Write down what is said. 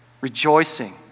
rejoicing